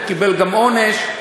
והוא קיבל גם עונש,